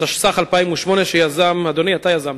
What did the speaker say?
התשס"ח 2008, שיזם, אדוני, אתה יזמת.